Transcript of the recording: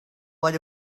what